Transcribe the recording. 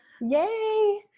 Yay